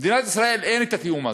במדינת ישראל אין התיאום הזה.